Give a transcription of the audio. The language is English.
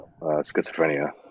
schizophrenia